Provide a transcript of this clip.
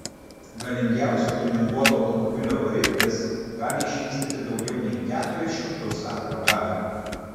galingiausio tiuninguoto automobilio variklis gali išvystyti daugiau nei keturis šimtus arklio galių